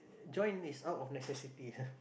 join is out of necessity ah